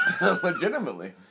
Legitimately